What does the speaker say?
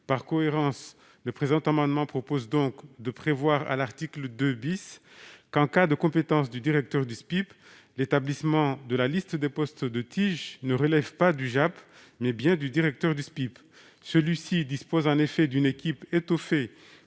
Par cohérence, cet amendement a pour objet de prévoir à l'article 2 que, en cas de compétence du directeur du SPIP, l'établissement de la liste des postes de TIG ne relève pas du JAP, mais bien du directeur du SPIP. Celui-ci dispose en effet d'une équipe étoffée